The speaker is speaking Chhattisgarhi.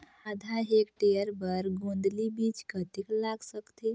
आधा हेक्टेयर बर गोंदली बीच कतेक लाग सकथे?